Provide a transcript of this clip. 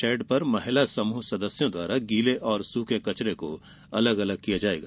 shade पर महिला समूह सदस्यों द्वारा गीले व सूखे कचरे को अलग अलग किया जायेगा